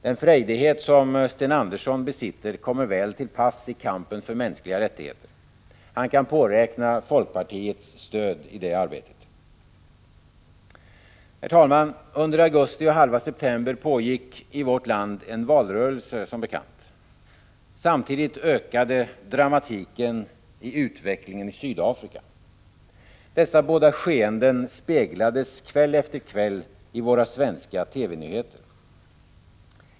Den frejdighet som Sten Andersson besitter kommer väl till pass i kampen för mänskliga rättigheter. Han kan påräkna folkpartiets stöd i det arbetet. Herr talman! Under augusti och halva september pågick som bekant i vårt land en valrörelse. Samtidigt ökade dramatiken i utvecklingen i Sydafrika. Dessa båda skeenden speglades kväll efter kväll i våra svenska TV-nyheter.